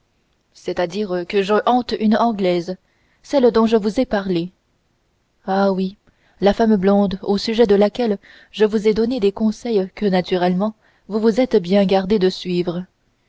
c'est-à-dire que je rends visite à une anglaise celle dont je vous ai parlé ah oui la femme blonde au sujet de laquelle je vous ai donné des conseils que naturellement vous vous êtes bien gardé de suivre